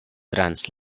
trans